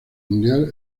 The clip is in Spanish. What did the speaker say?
mundial